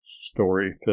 story